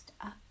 up